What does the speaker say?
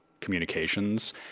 communications